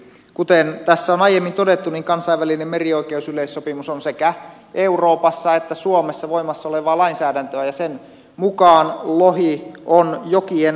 kuten tässä on aiemmin todettu niin kansainvälinen merioikeusyleissopimus on sekä euroopassa että suomessa voimassa olevaa lainsäädäntöä ja sen mukaan lohi on jokien luonnonvara